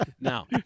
Now